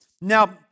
Now